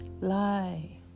lie